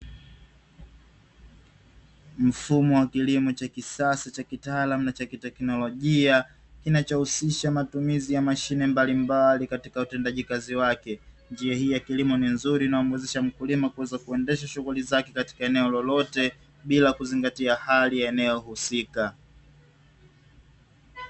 Mfumo wa kilimo cha kisasa cha kitaalamu na cha kiteknolojia, kinachohusisha matumizi ya mashine mbalimbali katika utendaji wake, njia hii ya kilimo ni nzuri inayimwezesha mkulima kuendesha shughuli zake katika eneo lolote, bila kuzingatia hali ya eneo husika.